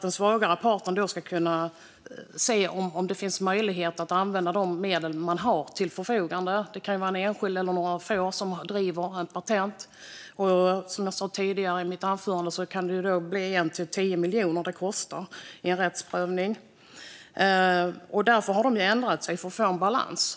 Den svagare parten ska se om det går att använda medel som finns till förfogande. Det kan vara en enskild eller några få som driver ett patent. Som jag sa tidigare i mitt anförande kan kostnaden för en rättsprövning variera mellan 1 och 10 miljoner. Därför har man ändrat sig för att få en balans.